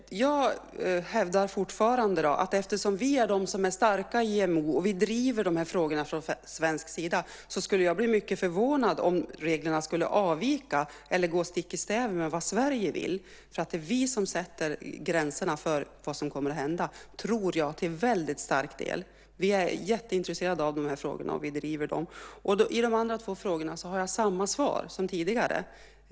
Fru talman! Jag hävdar fortfarande att eftersom vi är de som är starka i IMO och driver de här frågorna från svensk sida skulle jag bli mycket förvånad om reglerna skulle avvika eller gå stick i stäv med vad Sverige vill. Det är vi som, tror jag, till väldigt stor del sätter gränserna för vad som kommer att hända. Vi är mycket intresserade av de här frågorna och driver dem. Vad gäller de två andra frågorna har jag samma svar som tidigare.